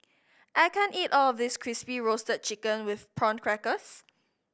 I can't eat all of this Crispy Roasted Chicken with Prawn Crackers